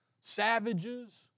savages